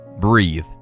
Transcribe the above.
breathe